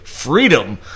Freedom